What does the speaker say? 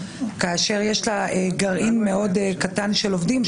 כאשר יש לה גרעין מאוד קטן של עובדים,